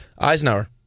Eisenhower